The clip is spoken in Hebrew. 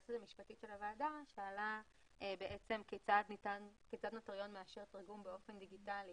היועצת המשפטית של הוועדה שאלה כיצד נוטריון מאשר תרגום באופן דיגיטלי